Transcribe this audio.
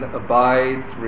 abides